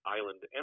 Island